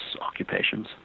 occupations